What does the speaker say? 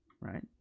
right